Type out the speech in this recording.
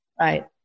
Right